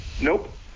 nope